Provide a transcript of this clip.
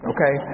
Okay